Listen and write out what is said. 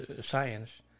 science